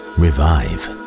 revive